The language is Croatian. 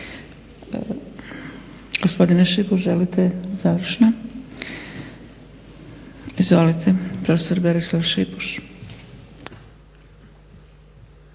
Gospodine Šipuš želite završno? Izvolite. Profesor Berislav Šipuš.